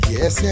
Yes